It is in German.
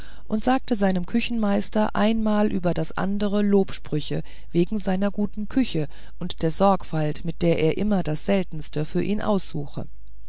und sagte seinem küchenmeister einmal über das andere lobsprüche wegen seiner guten küche und der sorgfalt mit der er immer das seltenste für ihn aussuche